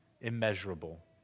immeasurable